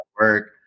work